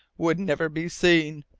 would never be seen,